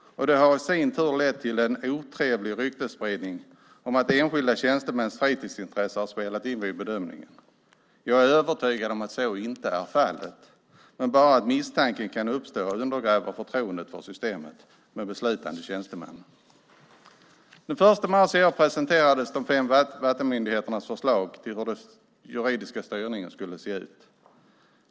Det har i sin tur lett till en otrevlig ryktesspridning om att enskilda tjänstemäns fritidsintresse har spelat in vid bedömningen. Jag är övertygad om att så inte är fallet, men bara att misstanken kan uppstå undergräver förtroendet för systemet med beslutande tjänstemän. Den 1 mars i år presenterades de fem vattenmyndigheternas förslag till hur den juridiska styrningen skulle se ut.